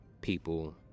people